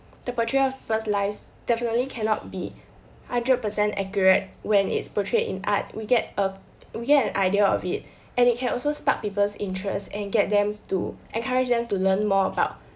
the portrayal of people lives definitely cannot be hundred percent accurate when it's portrayed in art we get uh we get an idea of it and it can also spark people's interest and get them to encourage them to learn more about